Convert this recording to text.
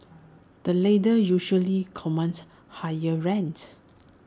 the latter usually commands higher rent